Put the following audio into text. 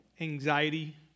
anxiety